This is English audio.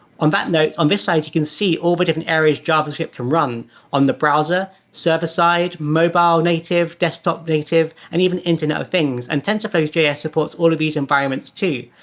on that note, on this slide you can see all the different areas javascript can run on the browser, server side, mobile native, desktop native, and even internet of things. and tensorflow js supports all of these environments, too.